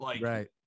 Right